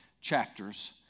chapters